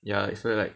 ya it's very like